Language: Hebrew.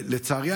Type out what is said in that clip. לצערי,